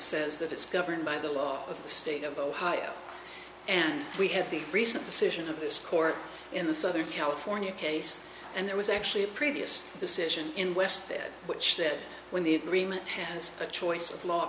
says that it's governed by the law of the state of ohio and we have the recent decision of this court in the southern california case and there was actually a previous decision in west which that when the agreement hands the choice